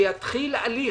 שיתחיל הליך.